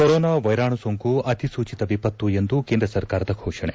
corona ವೈರಾಣು ಸೋಂಕು ಅಧಿಸೂಚಿತ ವಿಪತ್ತು ಎಂದು ಕೇಂದ್ರ ಸರ್ಕಾರದ ಘೋಷಣೆ